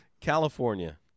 California